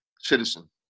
citizen